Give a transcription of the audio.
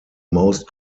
most